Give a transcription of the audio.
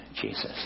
Jesus